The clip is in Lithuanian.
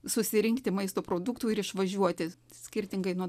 susirinkti maisto produktų ir išvažiuoti skirtingai nuo